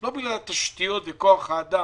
לא בגלל התשתיות וכוח האדם